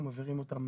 אנחנו מעבירים אותם.